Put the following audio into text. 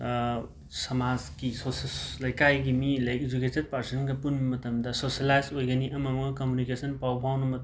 ꯁꯃꯥꯁꯀꯤ ꯁꯣꯁ ꯂꯩꯀꯥꯏꯒꯤ ꯃꯤ ꯂꯩ ꯏꯖꯨꯀꯦꯇꯦꯠ ꯄꯥꯔꯁꯟꯒ ꯄꯨꯟꯕ ꯃꯇꯝꯗ ꯁꯣꯁꯦꯂꯥꯏꯁ ꯑꯣꯏꯒꯅꯤ ꯑꯃ ꯑꯃꯒ ꯀꯃꯨꯅꯤꯀꯦꯁꯟ ꯄꯥꯎ ꯐꯥꯎꯅꯕ ꯃ